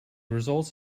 results